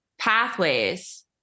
pathways